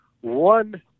one